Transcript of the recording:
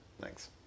Thanks